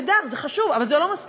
נהדר, זה חשוב, אבל זה לא מספיק.